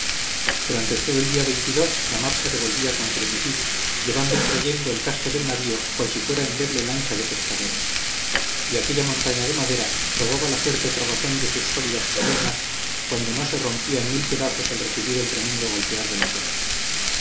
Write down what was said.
durante todo el día la mar se revolvía con frenesí llevando y trayendo el casco del navío cual si fuera endeble lancha de pescadores y aquella montaña de madera probaba la fuerte trabazón de sus sólidas cuadernas cuando no se rompía en mil pedazos al recibir el tremendo golpear de las olas